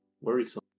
worrisome